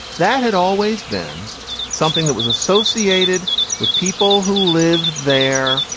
that had always been something that was associated with people who lived there,